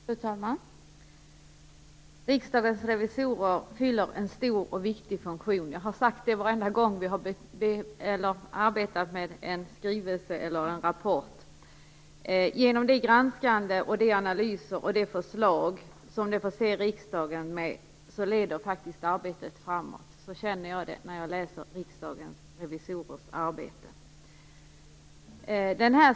Fru talman! Riksdagens revisorer fyller en stor och viktig funktion. Det har jag sagt varje gång vi har arbetat med en skrivelse eller rapport. Det granskande, de analyser och de förslag de förser riksdagen med leder arbetet framåt. Så känner jag det när jag läser Riksdagens revisorers arbete.